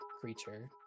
creature